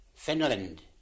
Finland